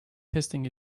testing